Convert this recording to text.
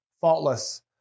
faultless